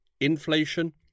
inflation